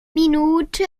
minute